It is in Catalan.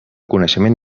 coneixement